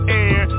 air